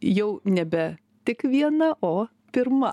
jau nebe tik viena o pirma